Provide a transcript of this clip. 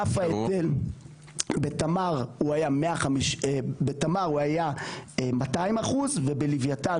רף ההיטל בתמר הוא היה 200% ובלווייתן